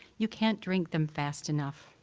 you can't drink them fast enough.